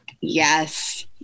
Yes